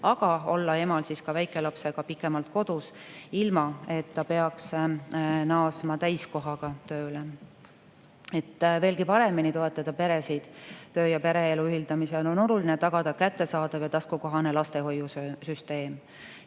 aga olla emal väikelapsega pikemalt kodus, ilma et ta peaks naasma täiskohaga tööle. Et veelgi paremini toetada peresid töö‑ ja pereelu ühildamisel, on oluline tagada kättesaadav ja taskukohane lastehoiusüsteem.